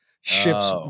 ships